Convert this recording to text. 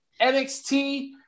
NXT